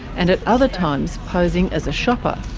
and at other times posing as a shopper,